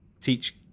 teach